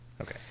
okay